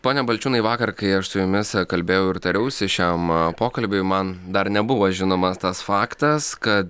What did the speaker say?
pone balčiūnai vakar kai aš su jumis kalbėjau ir tariausi šiam pokalbiui man dar nebuvo žinomas tas faktas kad